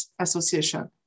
association